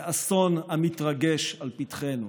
זה אסון המתרגש על פתחנו.